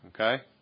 Okay